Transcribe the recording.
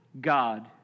God